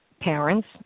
parents